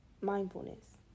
mindfulness